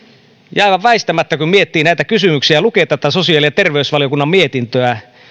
ja kun miettii näitä kysymyksiä ja lukee tätä sosiaali ja terveysvaliokunnan mietintöä